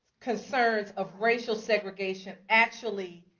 concerns of racial segregation actually